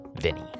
Vinny